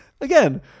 again